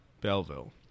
Belleville